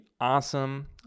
awesome